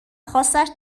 خاصش